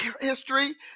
history